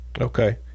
Okay